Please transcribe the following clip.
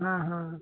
हाँ हाँ